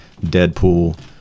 Deadpool